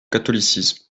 catholicisme